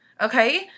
Okay